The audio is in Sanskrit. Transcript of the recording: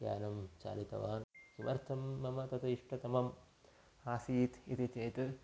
यानं चालितवान् किमर्थं मम तत् इष्टतमम् आसीत् इति चेत्